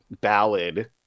ballad